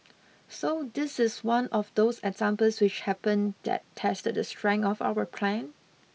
so this is one of those examples which happen that tested the strength of our plan